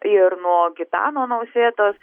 ir nuo gitano nausėdos